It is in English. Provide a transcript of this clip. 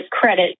credit